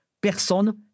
personne